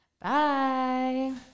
Bye